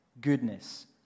goodness